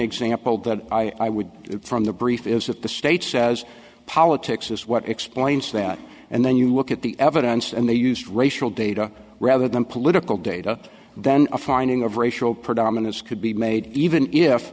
example that i would get from the brief is that the state says politics is what explains that and then you look at the evidence and they used racial data rather than political data then a finding of racial predominance could be made even if